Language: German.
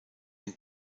ein